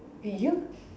you